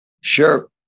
Sure